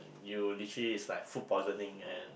you literally is like food poisoning and